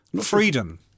Freedom